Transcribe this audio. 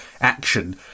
action